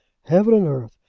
heavens and earth!